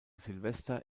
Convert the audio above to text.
silvester